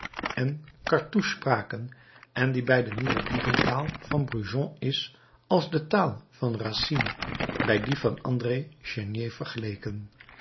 en cartouche spraken en die bij de nieuwere dieventaal van brujon is als de taal van racine bij die van andré chenier vergeleken